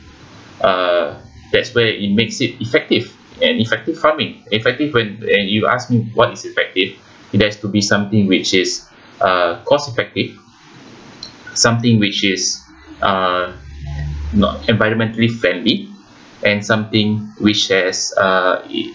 uh that's where it makes it effective and effective farming effective when and you ask me what is effective it has to be something which is uh cost effective something which is uh environmentally friendly and something which has uh it